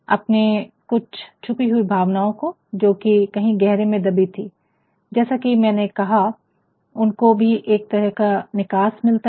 अपने कुछ छुपी हुई भावनाओं को जो कि कहीं गहरे में दबी थी जैसा कि मैंने कहा उनको भी एक तरह का निकास मिलता है